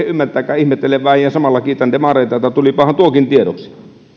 ymmärtääkään ihmettelen vain ja samalla kiitän demareita siitä että tulipahan tuokin tiedoksi